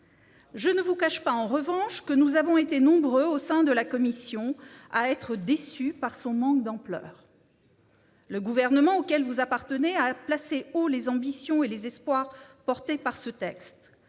Je ne vous cache pas, en revanche, que nous avons été nombreux, au sein de notre commission, à être déçus par son manque d'ampleur. Le Gouvernement auquel vous appartenez a placé haut les ambitions et les espoirs portés par ce texte.